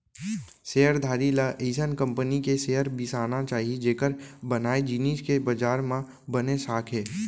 share धारी ल अइसन कंपनी के शेयर बिसाना चाही जेकर बनाए जिनिस के बजार म बने साख हे